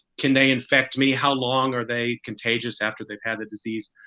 can they infect me? how long are they contagious after they've had the disease?